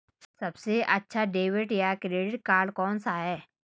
सबसे अच्छा डेबिट या क्रेडिट कार्ड कौन सा है?